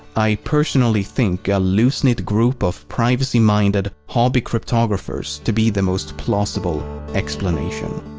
i personally think a loose-knit group of privacy-minded hobby-cryptographers to be the most plausible explanation.